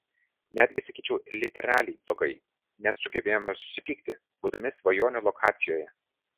netgi sakyčiau literaliai blogai nes sugebėjome susipykt būdami svajonių lokacijoje